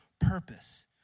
purpose